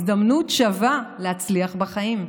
הזדמנות שווה להצליח בחיים.